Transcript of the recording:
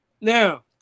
Now